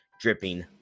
dripping